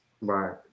Right